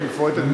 המפורטת מאוד.